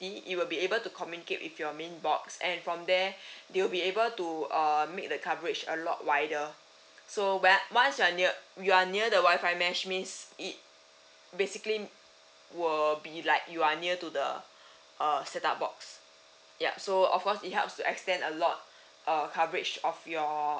~ty it will be able to communicate with your main box and from there they will be able to uh make the coverage a lot wider so once once you're near the wifi mesh means it basically it will be like you are near to the uh set up box yup so of course it helps to extend a lot uh coverage of your